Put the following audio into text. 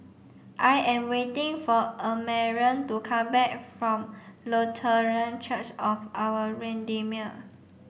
I am waiting for Amarion to come back from Lutheran Church of Our Redeemer